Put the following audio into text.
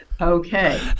Okay